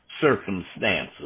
circumstances